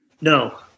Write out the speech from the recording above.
No